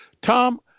Tom